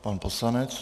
Pan poslanec.